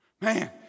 Man